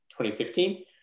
2015